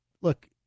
look